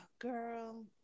girl